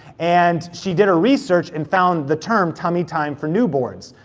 and she did a research and found the term tummy time for newborns.